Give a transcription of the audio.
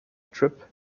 strip